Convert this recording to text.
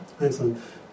Excellent